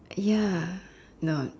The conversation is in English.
ya no